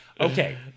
Okay